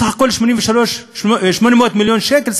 בסך הכול 800 מיליון שקל,